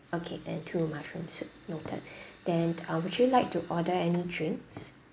okay and two mushroom soup noted then uh would you like to order any drinks